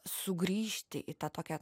sugrįžti į tą tokią